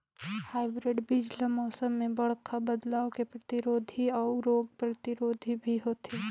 hybrid बीज ल मौसम में बड़खा बदलाव के प्रतिरोधी अऊ रोग प्रतिरोधी भी होथे